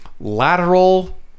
lateral